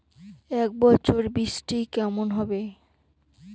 এবছর বৃষ্টি কেমন হবে?